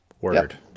Word